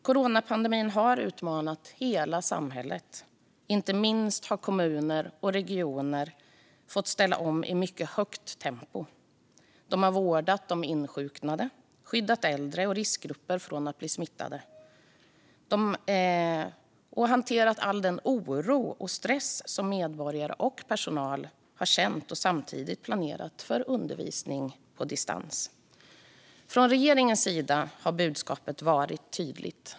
Coronapandemin har utmanat hela samhället. Inte minst har kommuner och regioner fått ställa om i mycket högt tempo. De har vårdat de insjuknade, skyddat äldre och riskgrupper från att bli smittade samt hanterat den oro och stress som medborgare och personal har känt och samtidigt planerat för undervisning på distans. Från regeringens sida har budskapet varit tydligt.